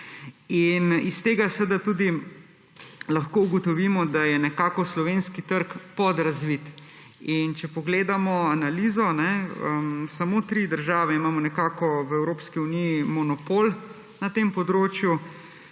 Iz tega lahko ugotovimo, da je slovenski trg podrazvit, in če pogledamo analizo, samo tri države imamo v Evropski uniji monopol na tem področju,